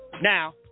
now